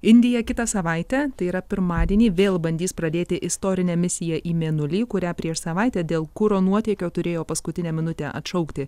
indija kitą savaitę tai yra pirmadienį vėl bandys pradėti istorinę misiją į mėnulį kurią prieš savaitę dėl kuro nuotėkio turėjo paskutinę minutę atšaukti